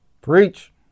Preach